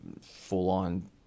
full-on